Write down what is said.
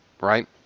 Right